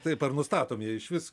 taip ar nustatomi jie išvis